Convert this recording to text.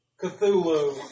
Cthulhu